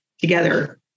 together